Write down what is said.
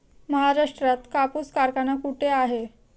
महाराष्ट्रात कापूस कारखाना कुठे आहे?